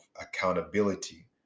accountability